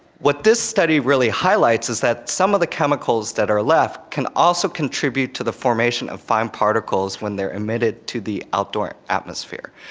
what this study really highlights is that some of the chemicals that are left can also contribute to the formation of fine particles when they are emitted to the outdoor atmosphere.